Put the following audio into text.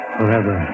Forever